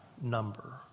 number